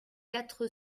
quatre